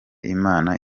imana